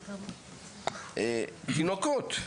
תינוקות.